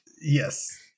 Yes